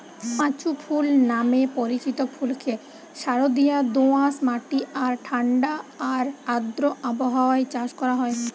পাঁচু ফুল নামে পরিচিত ফুলকে সারদিয়া দোআঁশ মাটি আর ঠাণ্ডা আর আর্দ্র আবহাওয়ায় চাষ করা হয়